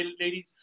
ladies